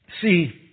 See